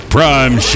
Prime